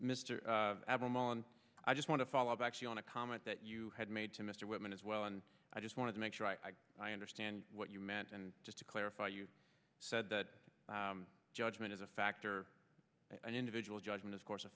and i just want to follow up actually on a comment that you had made to mr whitman as well and i just want to make sure i understand what you meant and just to clarify you said that judgment is a factor an individual judgment of course a